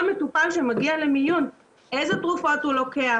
מטופל שמגיע למיון איזה תרופות הוא לוקח,